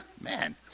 Man